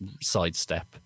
sidestep